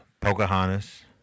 Pocahontas